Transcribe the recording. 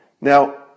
Now